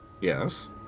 Yes